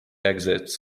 exits